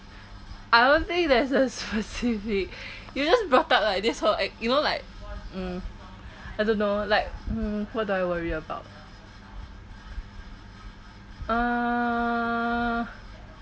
I don't think there's a specific you just brought up like this whole you know like mm I don't know like mm what do I worry about uh